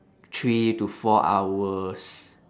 three to four hours